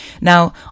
Now